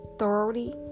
thoroughly